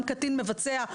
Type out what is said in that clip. גם קטין מבצע,